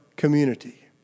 community